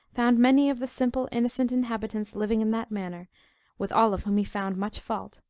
found many of the simple, innocent inhabitants living in that manner with all of whom he found much fault,